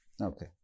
Okay